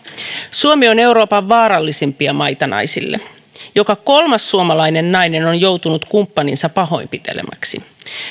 suomi on euroopan vaarallisimpia maita naisille joka kolmas suomalainen nainen on joutunut kumppaninsa pahoinpitelemäksi